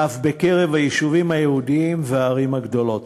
ואף בקרב היישובים היהודיים והערים הגדולות.